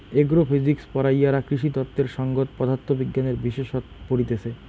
agro physics পড়াইয়ারা কৃষিতত্ত্বের সংগত পদার্থ বিজ্ঞানের বিশেষসত্ত পড়তিছে